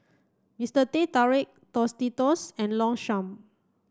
Mister Teh Tarik Tostitos and Longchamp